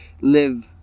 live